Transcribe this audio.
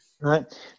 Right